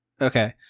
Okay